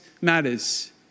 matters